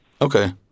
Okay